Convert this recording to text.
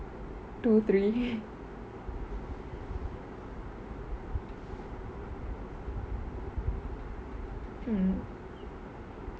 two three mm